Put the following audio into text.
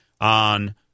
on